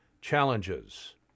challenges